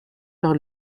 par